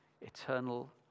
eternal